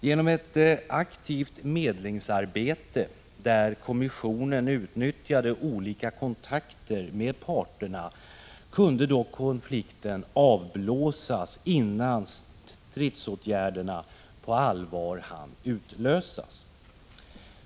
Genom ett aktivt medlingsarbete, där kommissionen utnyttjade olika kontakter med parterna, kunde dock konflikten avblåsas innan stridsåtgärderna på allvar hann utlösas.